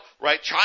right